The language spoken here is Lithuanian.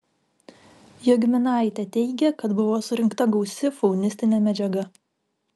jogminaitė teigė kad buvo surinkta gausi faunistinė medžiaga